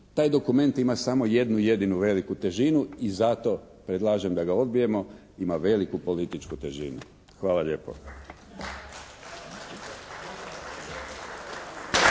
Taj dokument ima samo jednu jedinu veliku težinu i zato predlažem da ga odbijemo. Ima veliku političku težinu. Hvala lijepo.